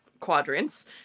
Quadrants